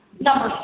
Number